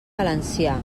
valencià